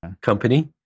company